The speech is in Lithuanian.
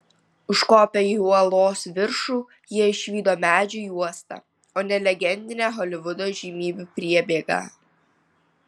užkopę į uolos viršų jie išvydo medžių juostą o ne legendinę holivudo įžymybių priebėgą